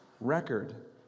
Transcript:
record